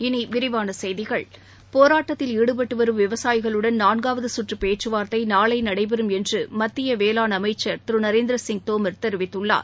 இனி விரிவான செய்திகள் போராட்டத்தில் ஈடுபட்டு வரும் விவசாயிகளுடன் நான்காவது கற்று பேச்சுவார்த்தை நாளை நடைபெறும் என்று மத்திய வேளாண் அமைச்சர் திரு நரேந்திர சிங் தோமர் தெரிவித்துள்ளார்